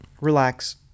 relax